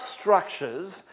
structures